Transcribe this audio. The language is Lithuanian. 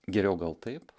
geriau gal taip